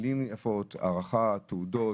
מילים יפות, הערכה, תעודות